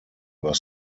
were